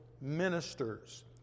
ministers